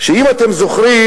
אם אתם זוכרים,